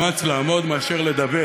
בשבילי זה הרבה יותר מאמץ לעמוד מאשר לדבר.